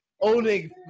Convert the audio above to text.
owning